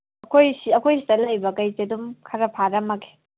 ꯑꯩꯈꯣꯏ ꯑꯩꯈꯣꯏꯁꯤꯗ ꯂꯩꯕꯒꯩꯁꯦ ꯑꯗꯨꯝ ꯈꯔ ꯐꯥꯔꯝꯃꯒꯦ